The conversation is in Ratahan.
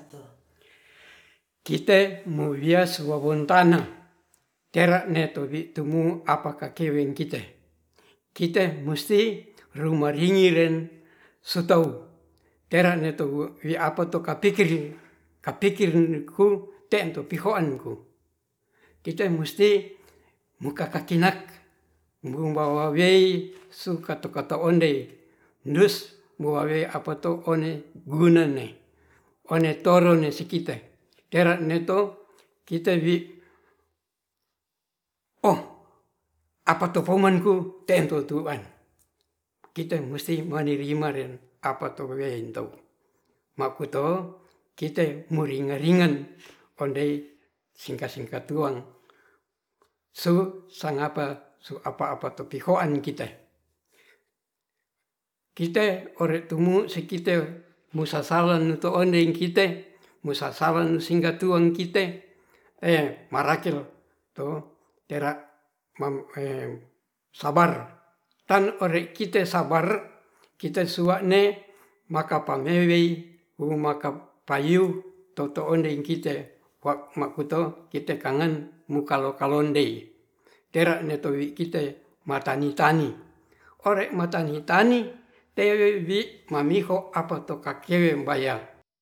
Kite mulia suwawon tanah tera'ne tuwi tumu' apakah keweng kite, kite musti rumaringiren sutau tera ne tuwu apato kapikir, kapikir neku tean to' pihoan'ku kite musti mukaka kinak bumbawawei sukato-kato ondei dus moawei apato ondei gunane one toro ne si kite tera ne to kite wi' ohh apato koman ku teantutuan kite musti manirima to apato wewe'en to maputo kite meringa-ringan ondei singkaa-singkat tuang su sangapa su apa-apa tu pihoan kite, kite ore tomu sekitte musasalen to ondei kite musasalen singga tuon kite ee marakel to ter sabar tan ore kite sabar kite sua'ne makapa mewei wuu makapayu toto ondei kite maku to kite kangen mukalo kalondei mukalo-kalondei tera ne towi kite matani-tani ore matani- tani tewe bi mamiho apato kakewem baya